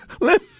let